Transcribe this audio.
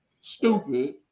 stupid